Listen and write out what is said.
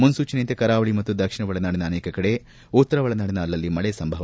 ಮುನ್ಲೂಚನೆಯಂತೆ ಕರಾವಳಿ ಮತ್ತು ದಕ್ಷಿಣ ಒಳನಾಡಿನ ಅನೇಕ ಕಡೆ ಉತ್ತರ ಒಳನಾಡಿನ ಅಲ್ಲಲ್ಲಿ ಮಳೆ ಸಂಭವ